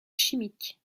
chimique